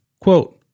Quote